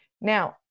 Now